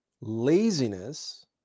Laziness